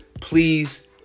Please